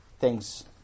Thanks